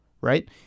right